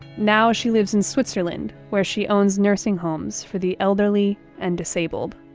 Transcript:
now she lives in switzerland where she owns nursing homes for the elderly and disabled